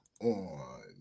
on